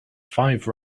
five